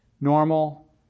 normal